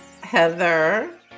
Heather